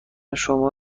شما